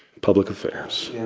public affairs yeah